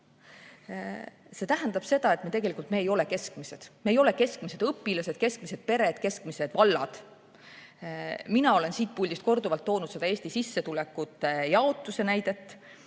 See tähendab seda, et tegelikult me ei ole keskmised, me ei ole keskmised õpilased, keskmised pered, keskmised vallad. Mina olen siit puldist korduvalt toonud sissetulekute jaotuse näidet